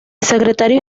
secretario